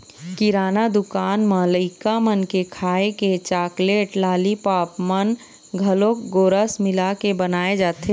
किराना दुकान म लइका मन के खाए के चाकलेट, लालीपॉप मन म घलोक गोरस मिलाके बनाए जाथे